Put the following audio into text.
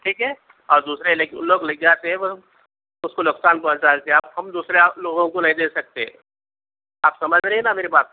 ٹھیک ہے اور دوسرے لے لوگ لے جاتے ہیں وہ اس کو نقصان پہنچا دیتے ہیں آپ ہم دوسرے لوگوں کو نہیں دے سکتے آپ سمجھ رہی ہیں نا میری بات